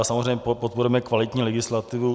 Samozřejmě, podporujeme kvalitní legislativu.